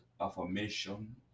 affirmation